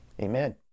Amen